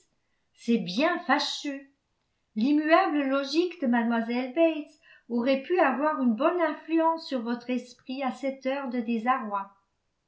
c'est bien fâcheux l'immuable logique de mlle bates aurait pu avoir une bonne influence sur votre esprit à cette heure de désarroi